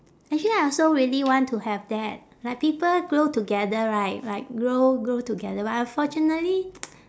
actually I also really want to have that like people grow together right like grow grow together but unfortunately